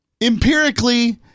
empirically